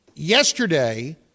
Yesterday